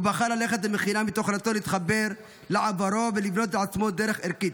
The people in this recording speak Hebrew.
הוא בחר ללכת למכינה מתוך רצון להתחבר לעברו ולבנות לעצמו דרך ערכית.